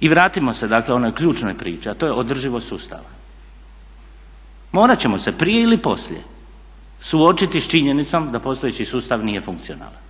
I vratimo se dakle onoj ključnoj priči, a to je održivost sustava. Morat ćemo se prije ili poslije suočiti s činjenicom da postojeći sustav nije funkcionalan